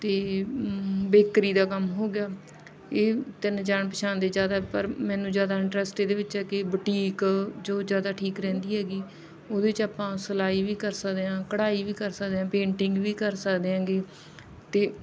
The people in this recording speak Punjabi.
ਅਤੇ ਬੇਕਰੀ ਦਾ ਕੰਮ ਹੋ ਗਿਆ ਇਹ ਤਿੰਨ ਜਾਣ ਪਛਾਣ ਦੇ ਜ਼ਿਆਦਾ ਪਰ ਮੈਨੂੰ ਜ਼ਿਆਦਾ ਇੰਟਰਸਟ ਇਹਦੇ ਵਿੱਚ ਹੈ ਕਿ ਬੁਟੀਕ ਜੋ ਜ਼ਿਆਦਾ ਠੀਕ ਰਹਿੰਦੀ ਹੈਗੀ ਉਹਦੇ 'ਚ ਆਪਾਂ ਸਿਲਾਈ ਵੀ ਕਰ ਸਕਦੇ ਹਾਂ ਕਢਾਈ ਵੀ ਕਰ ਸਕਦੇ ਹਾਂ ਪੇਂਟਿੰਗ ਵੀ ਕਰ ਸਕਦੇ ਹੈਗੇ ਅਤੇ